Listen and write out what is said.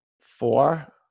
Four